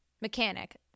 mechanic